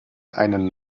einen